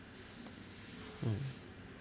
mm